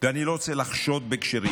כי אני לא רוצה לחשוד בכשרים,